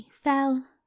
fell